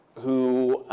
who